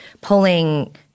pulling